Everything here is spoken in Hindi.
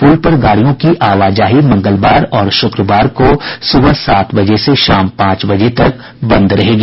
पुल पर गाड़ियों की आवाजाही मंगलवार और शुक्रवार को सुबह सात बजे से शाम पांच बजे तक बंद रहेगी